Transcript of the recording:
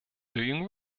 during